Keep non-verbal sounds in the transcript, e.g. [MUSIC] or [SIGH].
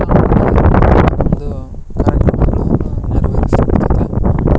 [UNINTELLIGIBLE] ಒಂದು ಕಾರ್ಯಕ್ರಮಗಳನ್ನು ನೆರವೇರಿಸಿ [UNINTELLIGIBLE]